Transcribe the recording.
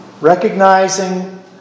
Recognizing